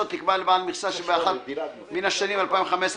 תקבע לבעל מכסה שבאחת מן השנים 2015,